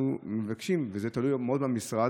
אנחנו מבקשים, וזה תלוי מאוד במשרד,